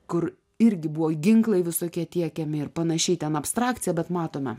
kur irgi buvo ginklai visokie tiekiami ir panašiai ten abstrakcija bet matome